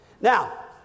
Now